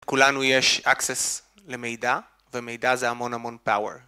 כולנו יש access למידע, ומידע זה המון המון power.